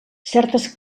certes